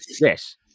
Yes